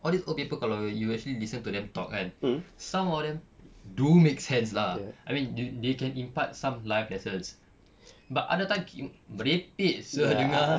all these old people kalau you actually listen to them talk kan some of them do make sense lah I mean they can impart some life lessons but other time merepek sia dengar